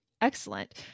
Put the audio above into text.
Excellent